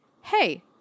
hey